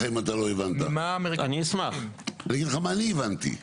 מה אני הבנתי.